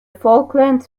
falklands